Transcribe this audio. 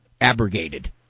abrogated